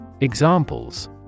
Examples